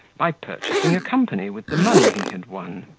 by purchasing a company with the money he had won.